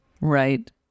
Right